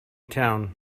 town